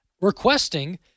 requesting